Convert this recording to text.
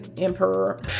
emperor